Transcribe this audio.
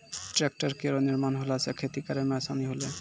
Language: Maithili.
ट्रेक्टर केरो निर्माण होला सँ खेती करै मे आसानी होलै